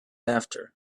after